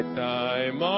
time